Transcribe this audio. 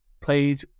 played